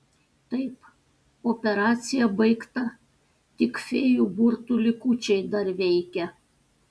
taip operacija baigta tik fėjų burtų likučiai dar veikia